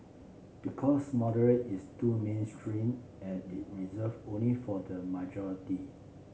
because moderate is too mainstream and is reserved only for the majority